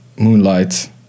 Moonlight